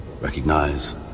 recognize